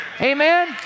Amen